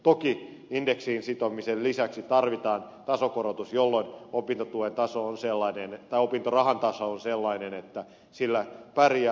toki indeksiin sitomisen lisäksi tarvitaan tasokorotus jolloin opintotuen taso on sellainen että opintorahan taso on sellainen että sillä pärjää